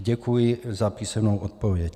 Děkuji za písemnou odpověď.